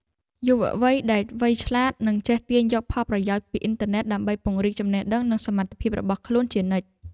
យុវវ័យដែលវៃឆ្លាតនឹងចេះទាញយកផលប្រយោជន៍ពីអ៊ីនធឺណិតដើម្បីពង្រីកចំណេះដឹងនិងសមត្ថភាពរបស់ខ្លួនជានិច្ច។